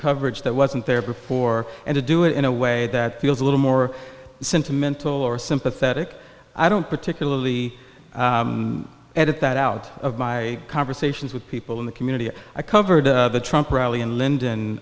coverage that wasn't there before and to do it in a way that feels a little more sentimental or sympathetic i don't particularly edit that out of my conversations with people in the community i covered the trump rally in lyndon